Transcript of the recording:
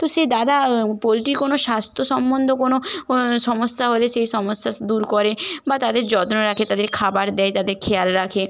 তো সেই দাদা পোলট্রির কোনো স্বাস্থ্য সম্বন্ধ কোনো সমস্যা হলে সেই সমস্যা দূর করে বা তাদের যত্ন রাখে তাদের খাবার দেয় তাদের খেয়াল রাখে